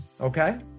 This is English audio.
okay